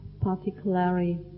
particularly